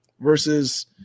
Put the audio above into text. versus